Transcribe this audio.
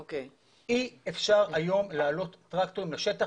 אי אפשר היום להעלות טרקטורים לשטח,